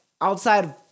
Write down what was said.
outside